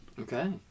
Okay